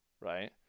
right